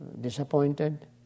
disappointed